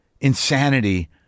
insanity